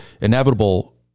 inevitable